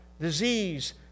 disease